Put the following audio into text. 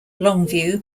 longview